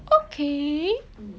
okay